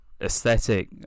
aesthetic